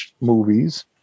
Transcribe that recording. movies